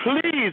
Please